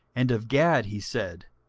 and of gad he said,